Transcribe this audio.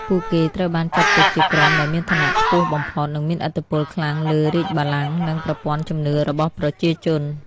ពួកគេត្រូវបានចាត់ទុកជាក្រុមដែលមានឋានៈខ្ពស់បំផុត និងមានឥទ្ធិពលខ្លាំងលើរាជបល្ល័ង្ក និងប្រព័ន្ធជំនឿរបស់ប្រជាជន។